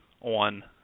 on